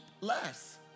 less